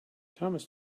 thomas